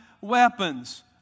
weapons